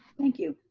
thank you.